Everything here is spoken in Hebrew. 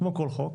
כמו כל חוק,